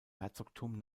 herzogtum